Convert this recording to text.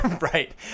right